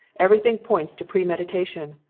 everything points to premeditation.